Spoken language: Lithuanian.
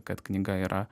kad knyga yra